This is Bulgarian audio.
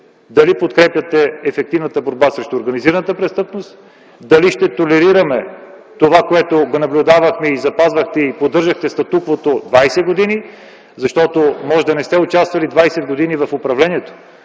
дали подкрепяте ефективната борба срещу организираната престъпност, дали ще толерираме това, което наблюдавахме - запазвахте и поддържахте статуквото 20 години? Може да не сте участвали 20 години в управлението,